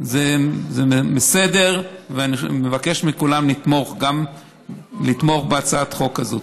זה בסדר, ואני מבקש מכולם לתמוך בהצעת החוק הזאת.